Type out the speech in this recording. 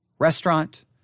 restaurant